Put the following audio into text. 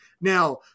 Now